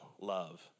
love